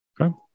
Okay